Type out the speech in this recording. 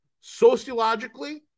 Sociologically